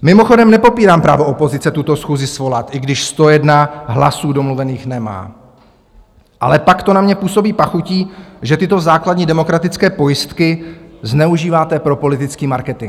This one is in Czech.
Mimochodem nepopírám právo opozice tuto schůzi svolat, i když 101 hlasů domluvených nemá, ale pak to na mě působí pachutí, že tyto základní demokratické pojistky zneužíváte pro politický marketing.